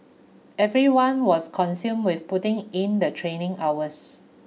everyone was consumed with putting in the training hours